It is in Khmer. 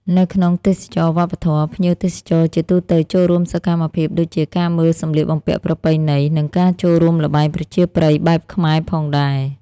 នៅក្នុងទេសចរណ៍វប្បធម៌ ភ្ញៀវទេសចរជាទូទៅចូលរួមសកម្មភាពដូចជាការមើលសម្លៀកបំពាក់ប្រពៃណី និងការចូលរួមល្បែងប្រជាប្រិយបែបខ្មែរផងដែរ។